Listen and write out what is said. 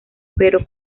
pero